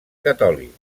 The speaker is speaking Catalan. catòlics